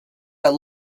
are